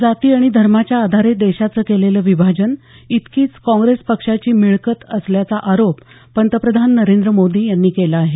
जाती आणि धर्माच्या आधारे देशाचं केलेलं विभाजन इतकीच काँग्रेस पक्षाची मिळकत असल्याचा आरोप पंतप्रधान नरेंद्र मोदी यांनी केला आहे